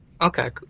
Okay